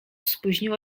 spóźniło